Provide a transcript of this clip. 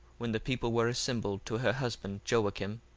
when the people were assembled to her husband joacim,